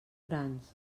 grans